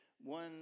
one